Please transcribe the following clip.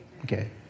Okay